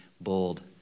bold